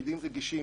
תפקידים רגישים,